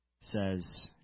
says